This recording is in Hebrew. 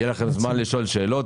יהיה לכם זמן לשאול שאלות.